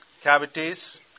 cavities